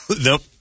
Nope